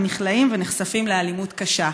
הם נכלאים ונחשפים לאלימות קשה.